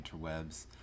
interwebs